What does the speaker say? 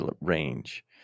range